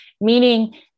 meaning